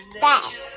dad